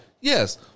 yes